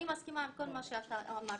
אני מסכימה עם כל מה שאתה אמרת,